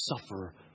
suffer